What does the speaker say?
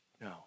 No